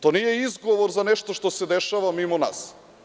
To nije izgovor za nešto što se dešava mimo nas.